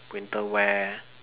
winter wear